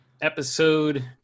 episode